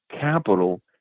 capital